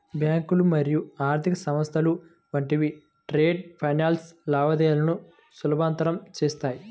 బ్యాంకులు మరియు ఆర్థిక సంస్థలు వంటివి ట్రేడ్ ఫైనాన్స్ లావాదేవీలను సులభతరం చేత్తాయి